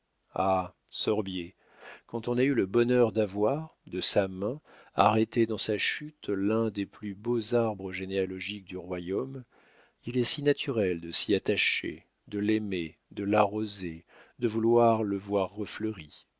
ah sorbier quand on a eu le bonheur d'avoir de sa main arrêté dans sa chute l'un des plus beaux arbres généalogiques du royaume il est si naturel de s'y attacher de l'aimer de l'arroser de vouloir le voir refleuri